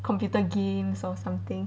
computer games or something